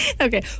Okay